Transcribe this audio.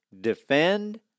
defend